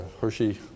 Hershey